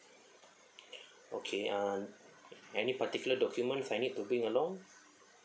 okay uh any particular documents I need to bring along